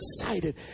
excited